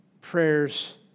prayers